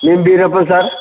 నేను బీరప్పని సార్